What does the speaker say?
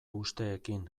usteekin